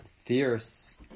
fierce